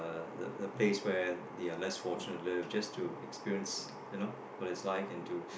the the place where the less fortunate live just to experience you know what it's like and to